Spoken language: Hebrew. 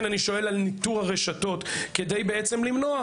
אני שואל על ניטור הרשתות כדי למנוע,